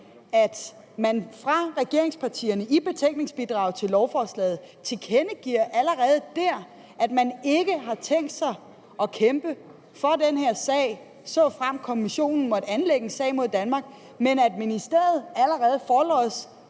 at man fra regeringspartiernes side allerede i betænkningsbidraget til lovforslaget tilkendegiver, at man ikke har tænkt sig at kæmpe for den her sag, såfremt Kommissionen måtte anlægge en sag imod Danmark, men at man i stedet allerede forlods